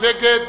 מי נגד?